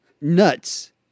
nuts